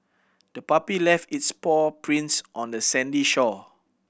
the puppy left its paw prints on the sandy shore